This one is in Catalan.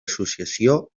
associació